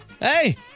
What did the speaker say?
Hey